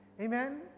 amen